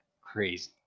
crazy